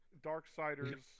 Darksiders